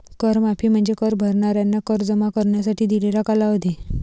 कर माफी म्हणजे कर भरणाऱ्यांना कर जमा करण्यासाठी दिलेला कालावधी